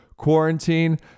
quarantine